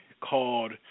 called